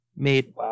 Made